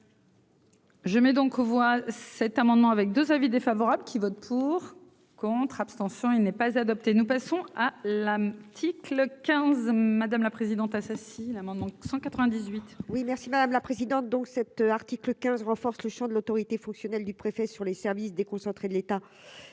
Je mets donc aux voix cet amendement avec 2 avis défavorables qui vote pour, contre, abstention, il n'est pas adopté, nous passons à la le 15, madame la présidente Assassi l'amendement 198. Oui merci madame la présidente, donc cet article 15 renforce le Champ de l'autorité fonctionnelle du préfet sur les services déconcentrés de l'État